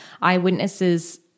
Eyewitnesses